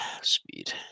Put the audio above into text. Speed